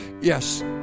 Yes